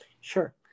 Sure